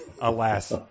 alas